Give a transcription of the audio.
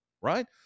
right